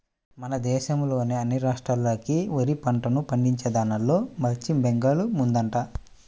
మన దేశంలోని అన్ని రాష్ట్రాల్లోకి వరి పంటను పండించేదాన్లో పశ్చిమ బెంగాల్ ముందుందంట